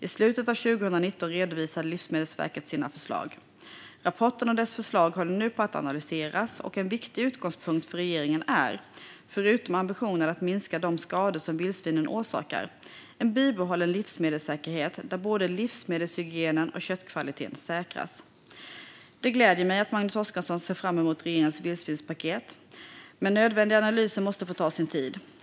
I slutet av 2019 redovisade Livsmedelsverket sina förslag. Rapporten och dess förslag håller nu på att analyseras, och en viktig utgångspunkt för regeringen är, förutom ambitionen att minska de skador som vildsvinen orsakar, en bibehållen livsmedelssäkerhet, där både livsmedelshygien och köttkvalitet säkras. Det gläder mig att Magnus Oscarsson ser fram emot regeringens vildsvinspaket, men nödvändiga analyser måste få ta sin tid.